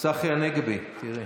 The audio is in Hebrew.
צחי הנגבי, תראה.